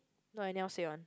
no I anyhow say one